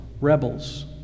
rebels